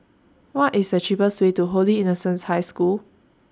What IS The cheapest Way to Holy Innocents' High School